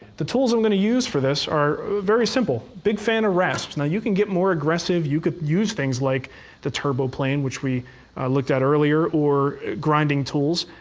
the tools i'm going to use for this are very simple. big fan of rasps. now you could get more aggressive. you could use things like the turbo plane, which we looked at earlier, or grinding tools,